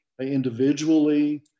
individually